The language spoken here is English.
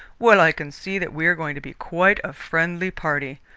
well, i can see that we are going to be quite a friendly party.